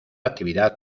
actividad